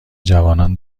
جوانان